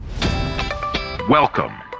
Welcome